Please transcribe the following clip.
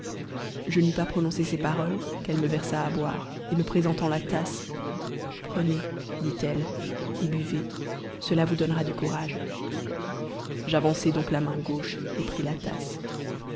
je n'eus pas prononcé ces paroles qu'elle me versa à boire et me présentant la tasse prenez dit-elle et buvez cela vous donnera du courage j'avançai donc la main gauche et pris la tasse